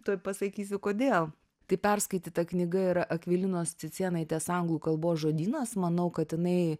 tuoj pasakysiu kodėl tai perskaityta knyga yra akvilinos cicėnaitės anglų kalbos žodynas manau kad jinai